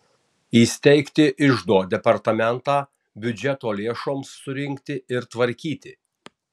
įsteigti iždo departamentą biudžeto lėšoms surinkti ir tvarkyti